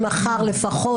ממחר לפחות,